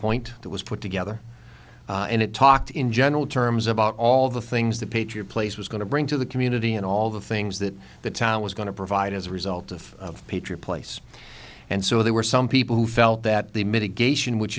point that was put together and it talked in general terms about all the things that patriot place was going to bring to the community and all the things that the town was going to provide as a result of patriot place and so there were some people who felt that the mitigation which